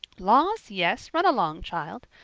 laws, yes, run along, child.